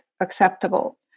acceptable